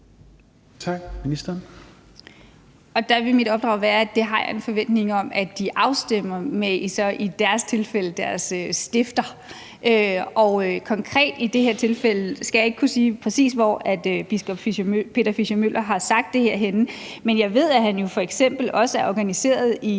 (Joy Mogensen): Der vil mit opdrag være, at det har jeg en forventning om at de så i deres tilfælde afstemmer med deres stifter. Konkret skal jeg i det her tilfælde ikke kunne sige, præcis hvor biskop Peter Fischer-Møller har sagt det her, men jeg ved, at han jo f.eks. også er organiseret i